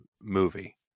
movie